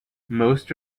most